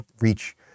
reach